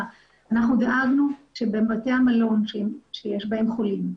אנחנו דאגנו שבבתי המלון שיש בהם חולים,